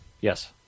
Yes